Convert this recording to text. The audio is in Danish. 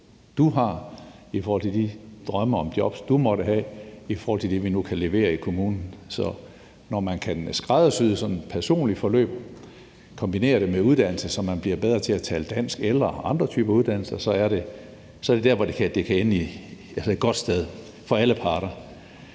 har, i forhold til de drømme om jobs, vedkommende måtte have i forhold til det, vi nu kan levere i kommunen. Så når man kan skræddersy sådan et personligt forløb og kombinere det med uddannelse, så man bliver bedre til at tale dansk eller andre typer uddannelser, er det der, det kan ende et godt sted for alle parter.